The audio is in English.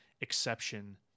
exception